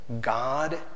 God